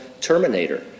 terminator